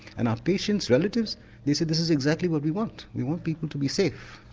and our patients relatives they say this is exactly what we want, we want people to be safe.